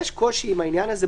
יש קושי עם העניין הזה,